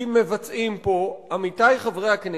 כי מבצעים פה, עמיתי חברי הכנסת,